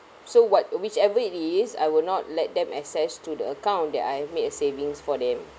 so what whichever it is I will not let them access to the account that I made a savings for them